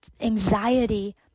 anxiety